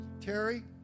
Terry